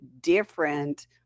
different